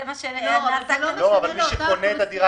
זה מה שנעשה כאן --- אבל מי שקונה את הדירה